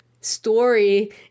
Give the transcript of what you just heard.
story